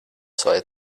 zwei